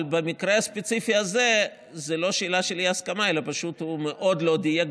במקרה הספציפי הזה זה לא שאלה של אי-הסכמה אלא הוא פשוט לא דייק,